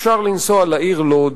אפשר לנסוע לעיר לוד